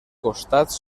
costats